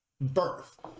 birth